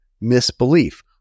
Misbelief